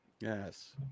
Yes